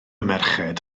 merched